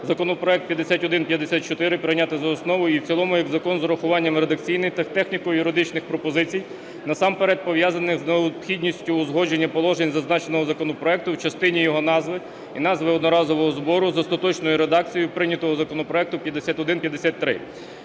законопроект 5154 прийняти за основу і в цілому як закон з урахуванням редакційних та техніко-юридичних пропозицій, насамперед пов'язаних з необхідністю узгодження положень зазначеного законопроекту в частині його назви і назви одноразового збору з остаточною редакцією прийнятого законопроекту 5153.